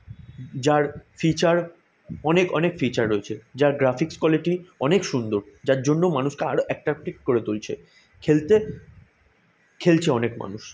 যার ফিচার অনেক অনেক ফিচার রয়েছে যার গ্রাফিক্স কোয়ালিটি অনেক সুন্দর যার জন্য মানুষকে আরও অ্যাকট্র্যাবটিভ করে তুলছে খেলতে খেলছে অনেক মানুষ